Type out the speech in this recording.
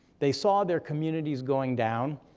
they saw their communities going down,